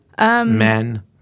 Men